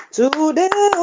today